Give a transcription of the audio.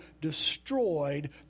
destroyed